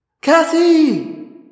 Cassie